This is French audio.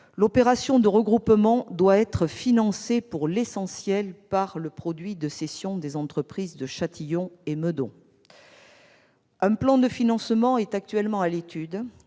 L'opération de regroupement doit être financée, pour l'essentiel, par le produit de cession des emprises de Châtillon et Meudon. Un plan de financement est actuellement à l'étude,